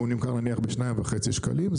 אם הוא נמכר נניח ב-2.5 שקלים,